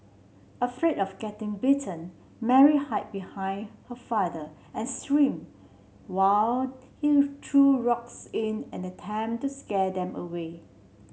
afraid of getting bitten Mary hide behind her father and scream while he threw rocks in an attempt to scare them away